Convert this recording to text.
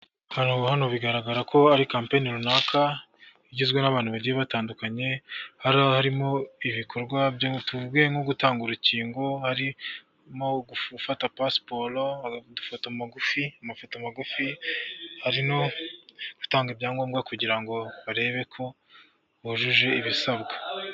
Kampanye runaka igizwe n'abantu bagiye batandukanye harimo ibikorwa tuvuge nko: gutanga urukingo, harimo gufata pasiporo cyangwa gufata amafoto magufi, hari mo no gutanga ibyangombwa kugira ngo barebe ko bujuje ibisabwa.